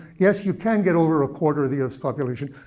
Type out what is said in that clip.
yes, you can get over a quarter of the us population,